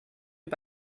die